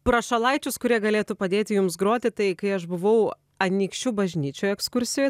prašalaičius kurie galėtų padėti jums groti tai kai aš buvau anykščių bažnyčioj ekskursijoj